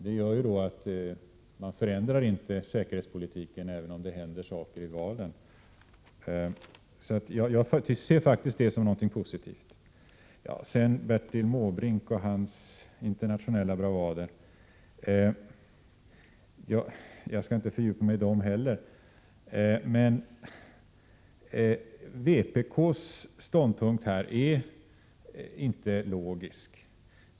Det medför att säkerhetspolitiken inte förändras även om det händer saker i valen. Jag ser därför faktiskt detta som någonting positivt. Så till Bertil Måbrink och hans internationella bravader. Jag skall inte fördjupa mig i dem heller, men jag vill framhålla att vpk:s ståndpunkt inte är logisk.